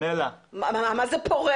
מה זה פורה?